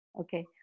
Okay